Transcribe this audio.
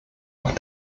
auf